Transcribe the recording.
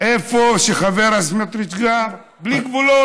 איפה שחבר הכנסת סמוטריץ גר, בלי גבול.